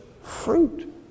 fruit